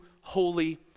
holy